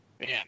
man